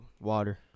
Water